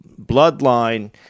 bloodline